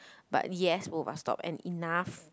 but yes both of us stopped and enough